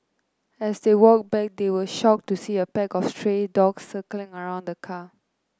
as they walked back they were shocked to see a pack of stray dogs circling around the car